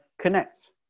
connect